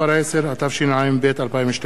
התשע"ב 2012. תודה.